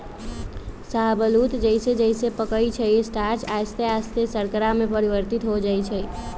शाहबलूत जइसे जइसे पकइ छइ स्टार्च आश्ते आस्ते शर्करा में परिवर्तित हो जाइ छइ